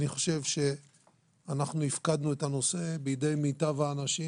אני חושב שאנחנו הפקדנו את הנושא בידי מיטב האנשים,